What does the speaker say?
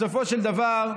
בסופו של דבר,